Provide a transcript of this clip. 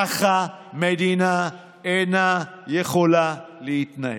ככה מדינה אינה יכולה להתנהל.